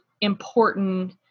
important